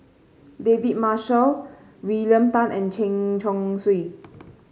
David Marshall William Tan and Chen Chong Swee